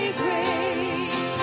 grace